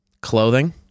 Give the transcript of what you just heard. Clothing